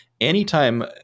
anytime